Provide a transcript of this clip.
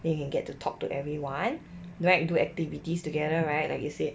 then you can get to talk to everyone right do activities together right like you said